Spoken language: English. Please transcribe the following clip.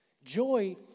Joy